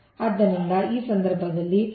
ಆದ್ದರಿಂದ ಆ ಸಂದರ್ಭದಲ್ಲಿ ಈ 37